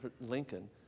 Lincoln